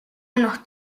unos